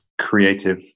creative